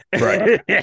Right